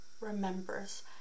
remembers